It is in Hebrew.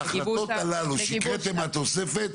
זאת אומרת ההחלטות הללו שהקראתם מהתוספת,